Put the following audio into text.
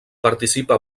participa